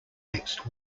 next